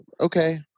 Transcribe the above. okay